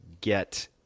get